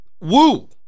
woo